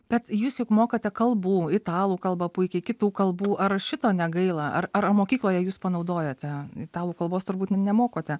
bet jūs juk mokate kalbų italų kalbą puikiai kitų kalbų ar šito negaila ar mokykloje jūs panaudojote italų kalbos turbūt nemokote